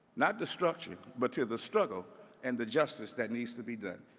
not the structure, but to the struggle and the justice that needs to be done.